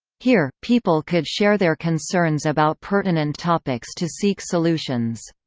here, people could share their concerns about pertinent topics to seek solutions.